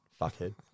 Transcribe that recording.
Fuckhead